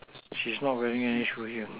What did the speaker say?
she is not wearing any shoe here